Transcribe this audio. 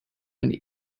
and